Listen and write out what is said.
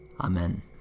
Amen